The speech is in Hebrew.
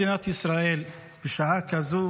אזרחי מדינת ישראל, בשעה כזאת